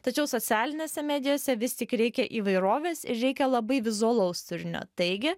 tačiau socialinėse medijose vis tik reikia įvairovės ir reikia labai vizualaus turinio taigi